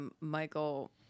Michael